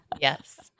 Yes